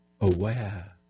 aware